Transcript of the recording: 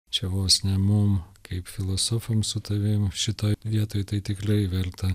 čia vos ne mum kaip filosofam su tavim šitoj vietoj tai tikrai verta